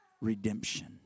redemption